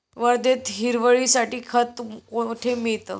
वर्ध्यात हिरवळीसाठी खत कोठे मिळतं?